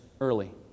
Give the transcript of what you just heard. early